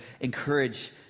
encourage